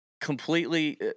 completely